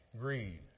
greed